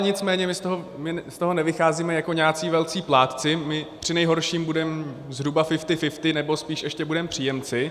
Nicméně my z toho nevycházíme jako nějací velcí plátci, my přinejhorším budeme zhruba fifty fifty, nebo spíš ještě budeme příjemci.